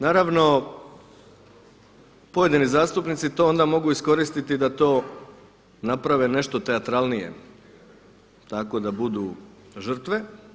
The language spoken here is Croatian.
Naravno pojedini zastupnici to onda mogu iskoristiti da to naprave nešto teatralnije, tako da budu žrtve.